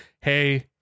hey